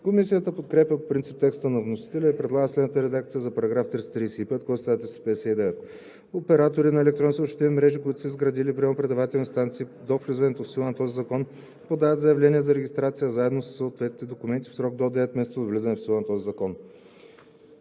Комисията подкрепя по принцип текста на вносителя и предлага следната редакция за § 355, който става § 359: „§ 359. Операторите на електронни съобщителни мрежи, които са изградили приемно-предавателни станции до влизане в сила на този закон, подават заявления за регистрация заедно със съответните документи в срок до 9 месеца от влизането в сила на този закон.“